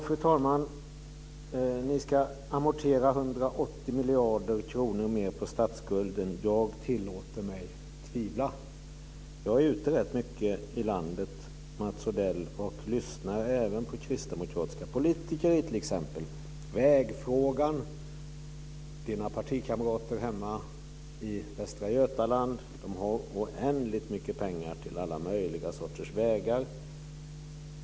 Fru talman! Ni ska amortera 180 miljarder kronor mer på statsskulden. Jag tillåter mig att tvivla. Jag är ute rätt mycket i landet, Mats Odell, och jag lyssnar även på kristdemokratiska politiker i t.ex. vägfrågan. Mats Odells partikamrater hemma i Västra Götaland har oändligt mycket pengar till alla möjliga sorters vägar.